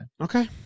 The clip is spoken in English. Okay